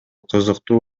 кызыктуу